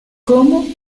cómo